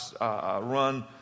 run